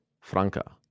Franca